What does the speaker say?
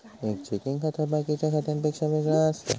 एक चेकिंग खाता बाकिच्या खात्यांपेक्षा वेगळा असता